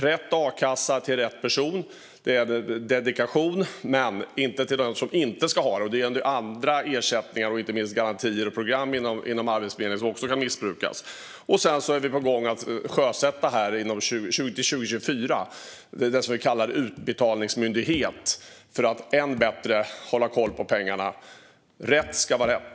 Rätt a-kasseersättning ska gå till rätt person, inte till någon som inte ska ha den. Detta gäller även andra ersättningar och inte minst garantier och program inom Arbetsförmedlingen som också kan missbrukas. Till 2024 är vi på gång att sjösätta det som vi kallar en utbetalningsmyndighet för att hålla ännu bättre koll på pengarna. Rätt ska vara rätt!